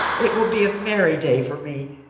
it will be a merry day for me,